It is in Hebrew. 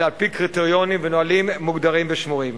אלא על-פי קריטריונים ונהלים מוגדרים ושמורים.